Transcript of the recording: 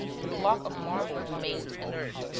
the block of marble remained inert,